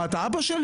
מה, אתה בא שלי?